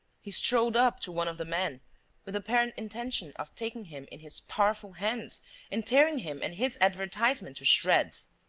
he strode up to one of the men with apparent intention of taking him in his powerful hands and tearing him and his advertisement to shreds.